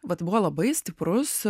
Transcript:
vat buvo labai stiprus